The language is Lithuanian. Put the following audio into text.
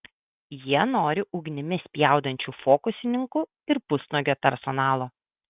jie nori ugnimi spjaudančių fokusininkų ir pusnuogio personalo